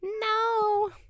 No